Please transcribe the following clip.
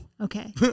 Okay